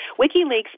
WikiLeaks